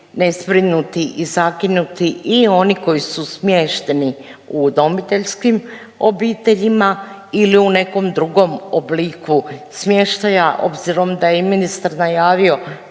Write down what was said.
nezbrinuti i zakinuti i on koji su smješteni u udomiteljskim obiteljima ili u nekom drugom obliku smještaja obzirom da je ministar najavio